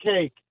cake